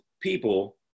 people